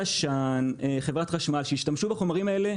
תש"ן, חברת חשמל, שהשתמשו בחומרים בתמימות.